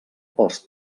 pels